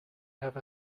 have